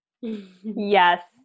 Yes